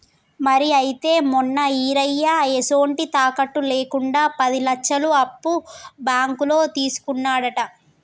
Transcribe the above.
మరి అయితే మొన్న ఈరయ్య ఎసొంటి తాకట్టు లేకుండా పది లచ్చలు అప్పు బాంకులో తీసుకున్నాడట